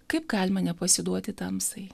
kaip galima nepasiduoti tamsai